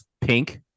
pink